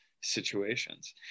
situations